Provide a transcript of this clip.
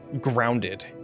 grounded